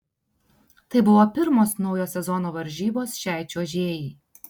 tai buvo pirmos naujo sezono varžybos šiai čiuožėjai